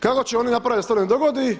Kako će oni napraviti da se to ne dogodi?